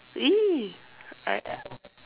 !ee! I